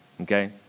Okay